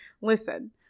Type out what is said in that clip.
listen